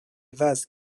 vases